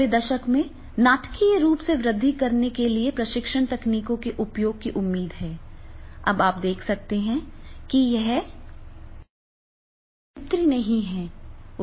अगले दशक में नाटकीय रूप से वृद्धि करने के लिए प्रशिक्षण तकनीकों के उपयोग की उम्मीद है अब आप देख सकते हैं कि यह संतृप्ति नहीं है